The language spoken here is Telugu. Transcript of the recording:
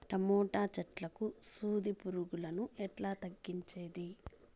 టమోటా చెట్లకు సూది పులుగులను ఎట్లా తగ్గించేది?